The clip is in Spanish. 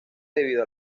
debido